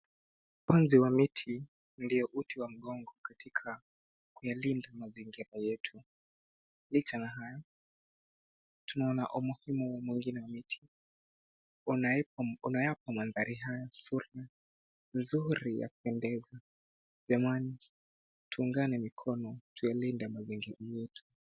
Panzi wa miti ndio uti wa mgongo katika kuyalinda mazingira yetu. Licha ya haya, tunaona omohimu mwingine wa miti. Unaipa m unayapa mandahari haya sura nzuri ya kupendeza. Jamani, tuungane mikono tuyalinde mazingiri yetu.